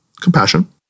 compassion